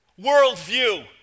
worldview